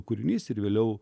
kūrinys ir vėliau